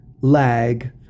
lag